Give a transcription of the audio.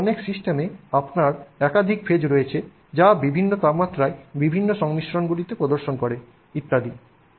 অন্যান্য অনেক সিস্টেমে আপনার একাধিক ফেজ রয়েছে যা বিভিন্ন তাপমাত্রায় বিভিন্ন সংমিশ্রণগুলিতে প্রদর্শন করে ইত্যাদি